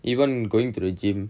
even going to the gym